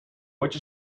which